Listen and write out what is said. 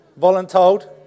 voluntold